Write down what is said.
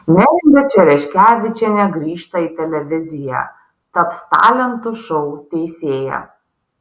neringa čereškevičienė grįžta į televiziją taps talentų šou teisėja